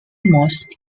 mosques